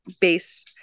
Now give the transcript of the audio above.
base